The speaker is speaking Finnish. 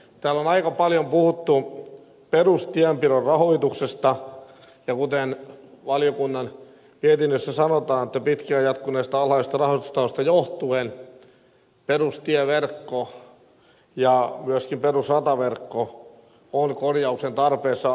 täällä on aika paljon puhuttu perustienpidon rahoituksesta ja kuten valiokunnan mietinnössä sanotaan pitkään jatkuneesta alhaisesta rahoitustasosta johtuen perustieverkko ja myöskin perusrataverkko ovat korjauksen tarpeessa